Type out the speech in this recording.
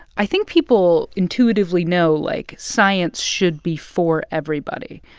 i think people intuitively know like, science should be for everybody.